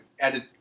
added